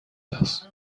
است